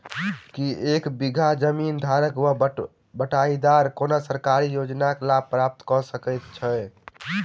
की एक बीघा जमीन धारक वा बटाईदार कोनों सरकारी योजनाक लाभ प्राप्त कऽ सकैत छैक?